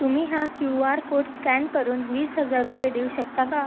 तुम्ही हा Q R code scan करून वीस हजार रुपये देऊ शकता का